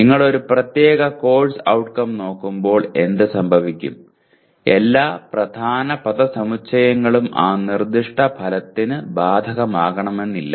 നിങ്ങൾ ഒരു പ്രത്യേക കോഴ്സ് ഔട്ട്കം നോക്കുമ്പോൾ എന്ത് സംഭവിക്കും എല്ലാ പ്രധാന പദസമുച്ചയങ്ങളും ആ നിർദ്ദിഷ്ട ഫലത്തിന് ബാധകമാകണമെന്നില്ല